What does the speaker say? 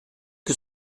que